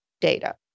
data